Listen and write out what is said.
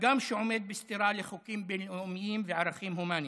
הגם שהוא עומד בסתירה לחוקים בין-לאומיים וערכים הומניים,